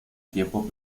tiempo